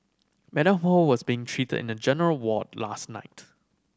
Madam Ho was being treated in a general ward last night